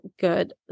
good